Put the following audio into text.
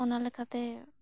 ᱚᱱᱟ ᱞᱮᱠᱟᱛᱮ